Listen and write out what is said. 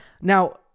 Now